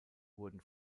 wurden